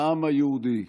העם היהודי.